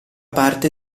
parte